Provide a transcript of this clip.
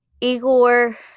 Igor